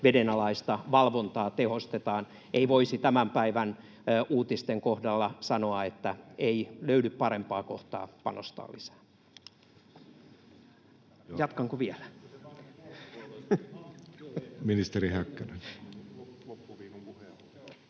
vedenalaista valvontaa tehostetaan. Voisi tämän päivän uutisten kohdalla sanoa, että ei löydy parempaa kohtaa panostaa lisää. — Jatkanko vielä?